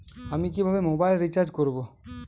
আমি কিভাবে mobile recharge করব?